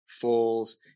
falls